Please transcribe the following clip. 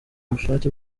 bushake